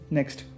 Next